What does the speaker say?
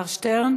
אלעזר שטרן.